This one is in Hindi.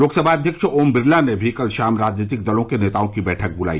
लोकसभा अध्यक्ष ओम बिरला ने भी कल शाम राजनीतिक दलों के नेताओं की बैठक बुलाई